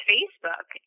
Facebook